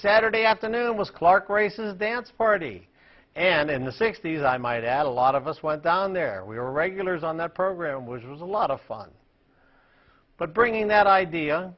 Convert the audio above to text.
saturday afternoon was clark races dance party and in the sixty's i might add a lot of us went down there we were regulars on that program which was a lot of fun but bringing that idea